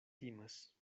timas